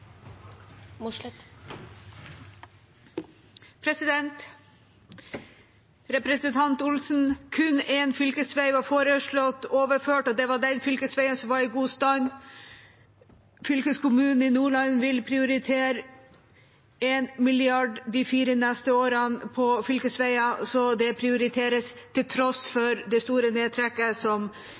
Mossleth har hatt ordet to ganger tidligere og får ordet til en kort merknad, begrenset til 1 minutt. Til representanten Olsen: Kun én fylkesvei var foreslått overført, og det var den fylkesveien som var i god stand. Fylkeskommunen i Nordland vil prioritere 1 mrd. kr de fire neste årene til fylkesveier, så